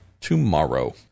tomorrow